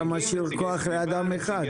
אתה משאיר כוח לאדם אחד.